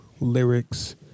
lyrics